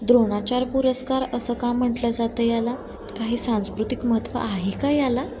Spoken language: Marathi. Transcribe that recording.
द्रोणाचार्य पुरस्कार असं का म्हटलं जातं याला काही सांस्कृतिक महत्त्व आहे का याला